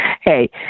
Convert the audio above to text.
Hey